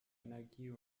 energie